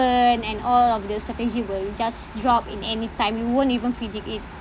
and all of the strategy will it just drop in any time you won't even predict it